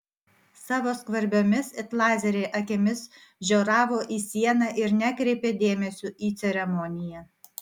savo skvarbiomis it lazeriai akimis žioravo į sieną ir nekreipė dėmesio į ceremoniją